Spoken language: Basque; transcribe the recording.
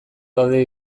daude